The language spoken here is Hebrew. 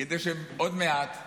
כדי שעוד מעט,